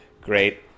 great